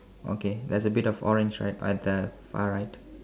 okay there's a bit of orange right at the far right